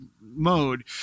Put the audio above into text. mode